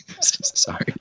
sorry